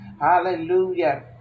Hallelujah